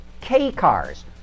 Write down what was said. K-cars